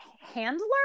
handler